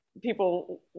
people